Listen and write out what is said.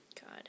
God